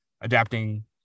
adapting